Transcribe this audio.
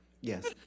Yes